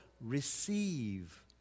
receive